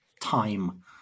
time